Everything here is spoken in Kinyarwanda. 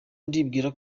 ndibwira